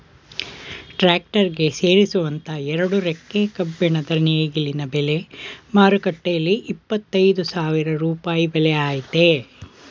tractor ಗೆ ಸೇರಿಸುವಂತ ಎರಡು ರೆಕ್ಕೆ ಕಬ್ಬಿಣದ ನೇಗಿಲಿನ ಬೆಲೆ ಮಾರುಕಟ್ಟೆಲಿ ಇಪ್ಪತ್ತ ಐದು ಸಾವಿರ ರೂಪಾಯಿ ಬೆಲೆ ಆಯ್ತೆ